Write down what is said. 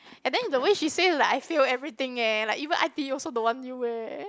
and then the way she say like I fail everything eh like even I_T_E also don't want you eh